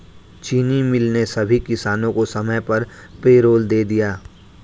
चीनी मिल ने सभी किसानों को समय पर पैरोल दे दिया